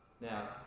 now